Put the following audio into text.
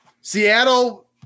Seattle